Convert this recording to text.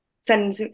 send